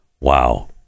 Wow